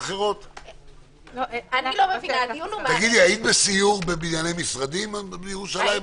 תהלה, היית בסיור בבנייני משרדים בירושלים?